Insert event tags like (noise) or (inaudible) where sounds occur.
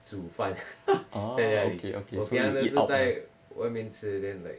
煮饭 (laughs) ya ya 我平常在外面吃 then like